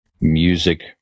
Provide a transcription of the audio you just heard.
music